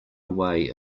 way